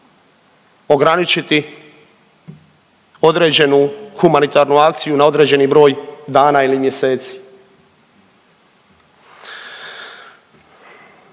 ograničiti određenu humanitarnu akciju na određeni broj dana ili mjeseci.